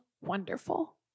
wonderful